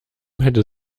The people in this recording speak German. hätte